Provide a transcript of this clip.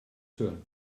hören